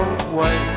away